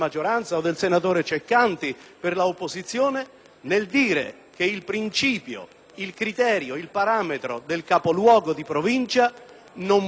il criterio, il parametro del capoluogo di Provincia non può più trovare ingresso nei provvedimenti legislativi che vanno a stabilire